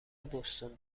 بوستون